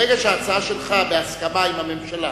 ברגע שההצעה שלך, בהסכמה עם הממשלה,